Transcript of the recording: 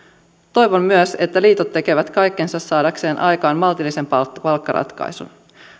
toivon myös että liitot tekevät kaikkensa saadakseen aikaan maltillisen palkkaratkaisun